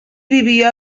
vivia